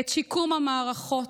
את שיקום המערכות.